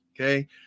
Okay